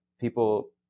People